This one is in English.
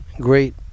great